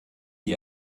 die